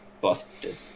busted